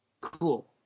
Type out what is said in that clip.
Cool